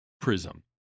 prism